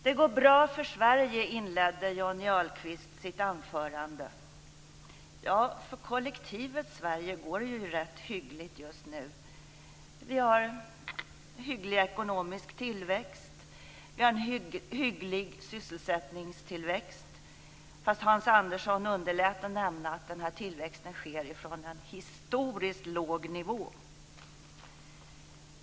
Det går bra för Sverige, inledde Johnny Ahlqvist sitt anförande med. Ja, för kollektivet Sverige går det rätt hyggligt just nu. Vi har en hygglig ekonomisk tillväxt och en hygglig sysselsättningstillväxt, fast Hans Andersson underlät att nämna att tillväxten sker från en historiskt låg nivå.